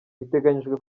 biteganijwe